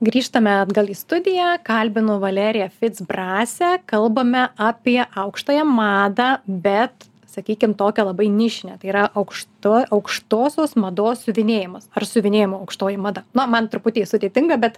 grįžtame atgal į studiją kalbinu valeriją fic brasę kalbame apie aukštąją madą bet sakykim tokią labai nišinę tai yra aukštoji aukštosios mados siuvinėjimas ar siuvinėjimo aukštoji mada na man truputį sudėtinga bet